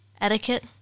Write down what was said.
etiquette